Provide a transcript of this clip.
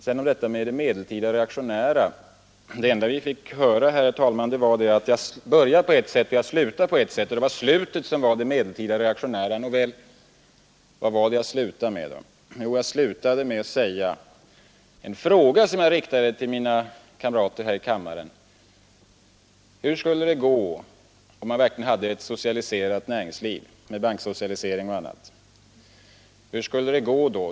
Sedan detta med det medeltida reaktionära. Det enda jag fick höra, herr talman, var att jag började mitt anförande på ett sätt och slutade på ett sätt och att det var slutet som var det medeltida reaktionära. Nåväl, vad slutade jag med? Jo, jag slutade med att rikta en fråga till mina kamrater här i kammaren: Hur skulle det gå om man verkligen hade ett socialiserat näringsliv med banksocialisering och annat?